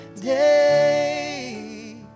day